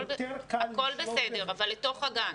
הכול בסדר, אבל לתוך הגן.